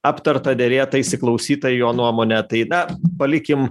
aptarta derėta įsiklausyta į jo nuomonę tai na palikim